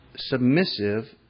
Submissive